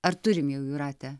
ar turim jau jūrate